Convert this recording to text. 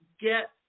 get